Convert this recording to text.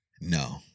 No